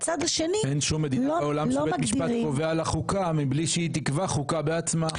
אין שום מדינה בעולם שבית משפט קובע לה חוקה מבלי שיא תקבע חוקה בעצמה.